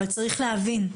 אבל צריך להבין,